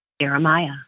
Jeremiah